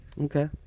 Okay